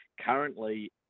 Currently